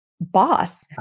boss